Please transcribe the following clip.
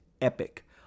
epic